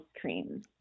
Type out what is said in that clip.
cream